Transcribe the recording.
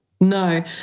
No